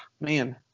man